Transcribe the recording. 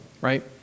right